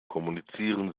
kommunizieren